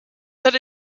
that